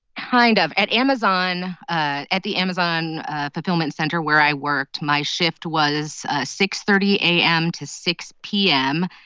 kind of at amazon ah at the amazon fulfillment center where i worked, my shift was six thirty a m. to six p m.